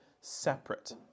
separate